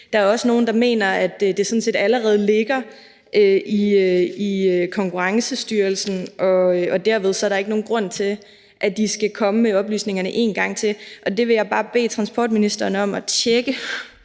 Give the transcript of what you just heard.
Der er også nogle, der mener, at det sådan set allerede ligger i Konkurrencestyrelsen, og at der derved ikke er nogen grund til, at de skal komme med oplysningerne en gang til, og det vil jeg bare bede transportministeren om at tjekke